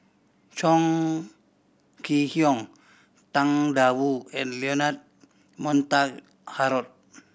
Chong Kee Hiong Tang Da Wu and Leonard Montague Harrod